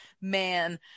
man